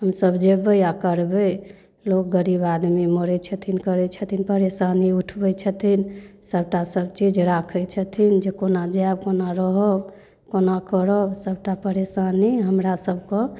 हमसब जेबै आओर करबै लोक गरीब आदमी मरै छथिन करै छथिन परेशानी उठबै छथिन सबटा सबचीज राखै छथिन जे कोना जाएब कोना रहब कोना करब सबटा परेशानी हमरासबके